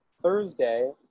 Thursday